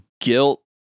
guilt